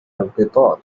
القطار